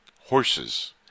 horses